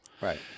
Right